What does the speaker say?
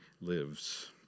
lives